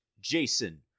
Jason